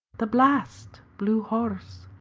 the blast blew hoarse,